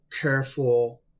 careful